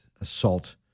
assault